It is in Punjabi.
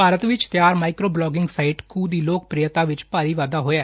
ਭਾਰਤ ਵਿਚ ਤਿਆਰ ਮਾਈਕਰੋ ਬਲੋਗਿੰਗ ਸਾਈਟ ਕੂ ਦੀ ਲੋਕ ਪ੍ਰਿਯਤਾ ਵਿਚ ਭਾਰੀ ਵਾਧਾ ਹੋਇਐ